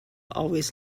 always